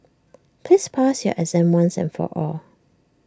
please pass your exam once and for all